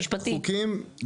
שר המשפטים,